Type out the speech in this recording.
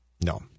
No